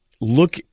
look